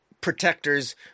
protectors